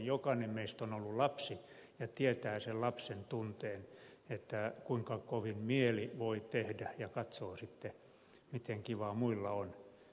jokainen meistä on ollut lapsi ja tietää sen lapsen tunteen kuinka kovin mieli voi tehdä ja katsoo sitten miten kivaa muilla on